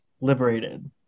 liberated